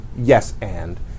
yes-and